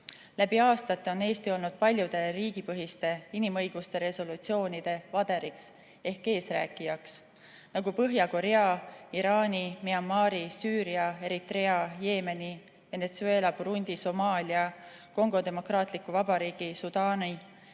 Läbi aastate on Eesti olnud paljude riigipõhiste inimõiguste resolutsioonide vaderiks ehk eesrääkijaks, näiteks Põhja-Korea, Iraani, Myanmari, Süüria, Eritrea, Jeemeni, Venetsueela, Burundi, Somaalia, Kongo Demokraatliku Vabariigi, Sudaani,